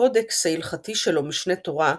הקודקס ההלכתי שלו, "משנה תורה",